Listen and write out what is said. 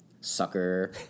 Sucker